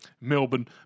Melbourne